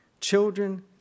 children